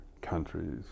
countries